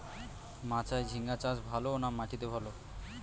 মাচায় ঝিঙ্গা চাষ ভালো না মাটিতে ভালো?